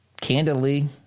candidly